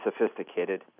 sophisticated